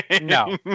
No